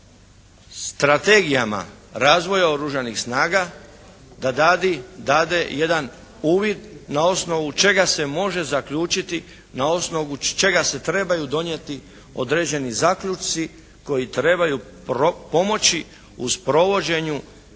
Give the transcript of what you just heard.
strategijama razvoja oružanih snaga da dade jedan uvid na osnovu čega se može zaključiti, na osnovu čega se trebaju donijeti određeni zaključci koji trebaju pomoći u sprovođenju